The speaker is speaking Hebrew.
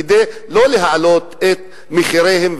כדאי לא להעלות את מחיריהם,